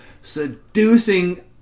seducing